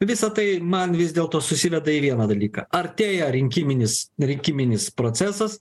visa tai man vis dėlto susiveda į vieną dalyką artėja rinkiminis rinkiminis procesas